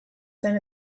zen